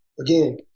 again